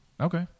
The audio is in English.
Okay